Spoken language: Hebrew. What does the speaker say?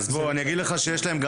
יש להם גם